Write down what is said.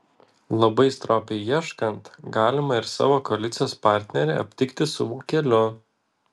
labai stropiai ieškant galima ir savo koalicijos partnerį aptikti su vokeliu